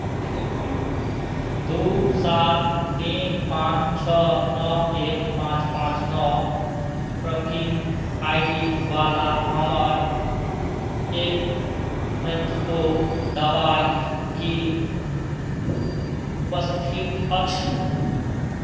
दू सात तीन पाँच छओ नओ एक पाँच पाँच नओ ट्रैकिंग आइ डी वला हमर एफ ओ दवाइ की उपस्थित अछि